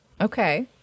Okay